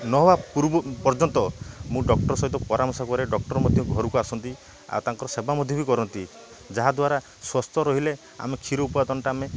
ନହେବା ପର୍ଯ୍ୟନ୍ତ ମୁଁ ଡକ୍ଟରଙ୍କ ସହିତ ପରାମର୍ଶ କରେ ଡକ୍ଟର ମଧ୍ୟ ଘରକୁ ଆସନ୍ତି ଆଉ ତାଙ୍କର ସେବା ମଧ୍ୟ ବି କରନ୍ତି ଯାହାଦ୍ୱାରା ସ୍ୱସ୍ଥ୍ୟ ରହିଲେ ଆମେ କ୍ଷୀର ଉତ୍ପାଦନଟା ଆମେ